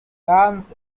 runs